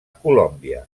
colòmbia